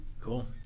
Cool